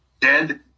dead